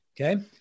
Okay